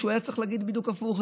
הוא היה צריך להגיד בדיוק הפוך,